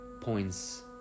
points